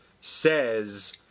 says